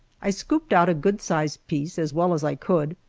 i scooped out a good-sized piece as well as i could,